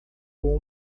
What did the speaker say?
com